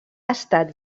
estat